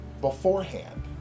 beforehand